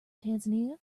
tanzania